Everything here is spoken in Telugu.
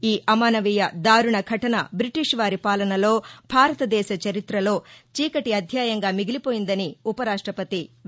ఈ అమానవీయ దారుణ ఘటన బ్రిటీష్ వారి పాలనలో భారత దేశ చరిత్రలో చీకటి అధ్యాయంగా మిగిలిపోయిందని ఉప రాష్ట్రపతి ఎం